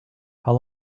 how